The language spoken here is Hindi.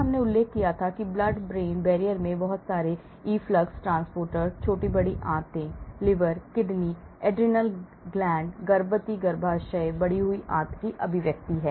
मैंने उल्लेख किया है कि Blood brain बैरियर में बहुत सारे efflux ट्रांसपोर्टर्स छोटी और बड़ी आंतें लिवर किडनी एड्रिनल ग्रंथि गर्भवती गर्भाशय बढ़ी हुई आंत की अभिव्यक्ति है